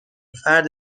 فرد